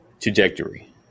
trajectory